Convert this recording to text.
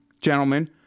gentlemen